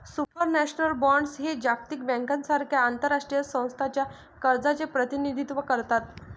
supranational bonds हे जागतिक बँकेसारख्या आंतरराष्ट्रीय संस्थांच्या कर्जाचे प्रतिनिधित्व करतात